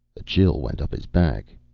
a chill went up his back.